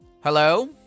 hello